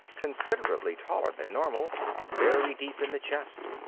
considerably taller than normal and very deep in the chest.